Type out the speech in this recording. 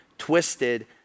twisted